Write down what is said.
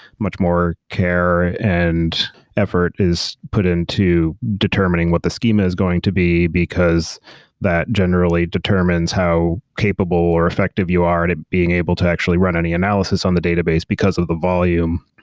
much more care and effort is put into determining what the schema is going to be, because that generally determines how capable or effective you are at at being able to actually run any analysis on the database, because of the volume.